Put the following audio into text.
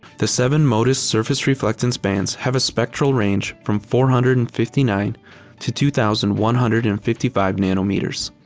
the seven modis surface reflectance bands have a spectral range from four hundred and fifty nine to two thousand one hundred and fifty five nanometers.